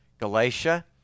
Galatia